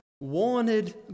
wanted